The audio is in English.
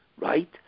right